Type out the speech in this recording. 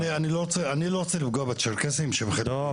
אני לא רוצה לפגוע בצ'רקסים --- טוב,